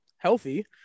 healthy